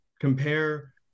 Compare